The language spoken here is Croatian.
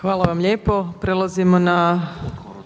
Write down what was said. Hvala vam lijepo.